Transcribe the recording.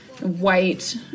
white